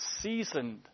seasoned